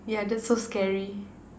yeah that's so scary